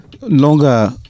longer